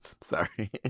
Sorry